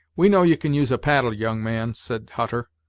we know you can use a paddle, young man, said hutter,